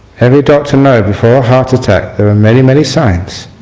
every doctor knows before a heart attack there are many many signs